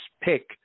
pick